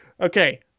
Okay